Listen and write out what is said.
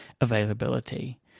availability